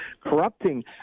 corrupting